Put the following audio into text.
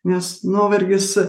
nes nuovargis